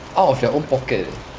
out of their own pocket eh